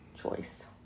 choice